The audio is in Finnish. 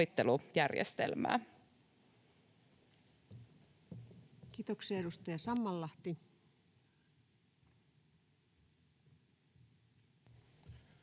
Kiitos.